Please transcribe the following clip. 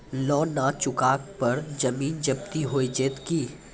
Loan न चुका पर जमीन जब्ती हो जैत की?